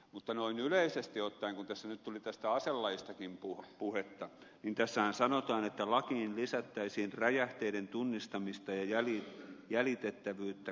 mutta noin yleisesti ottaen kun tässä nyt tuli tästä aselaistakin puhetta tässähän sanotaan että lakiin lisättäisiin räjähteiden tunnistamista ja jäljitettävyyttä koskevat säännökset